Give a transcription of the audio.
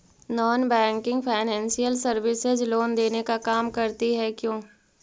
Non banking financial services loan देने का काम करती है क्यू?